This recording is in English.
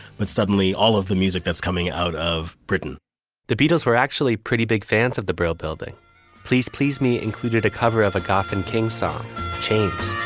but suddenly all of the music that's coming out of britain the beatles were actually pretty big fans of the brill building please, please. me included a cover of a goffin king song chains